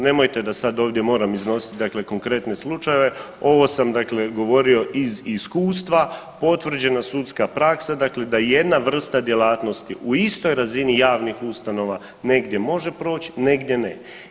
Nemojte da sad ovdje moram iznositi dakle konkretne slučajeve, ovo sam dakle govorio iz iskustva, potvrđena sudska praksa, dakle da jedna vrsta djelatnosti u istoj razini javnih ustanova negdje može proći, negdje ne.